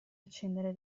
accendere